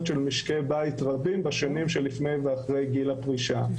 של משקי בית רבים בשנים שלפני ואחרי גיל הפרישה.